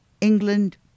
England